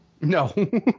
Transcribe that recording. No